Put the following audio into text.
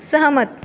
सहमत